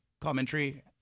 commentary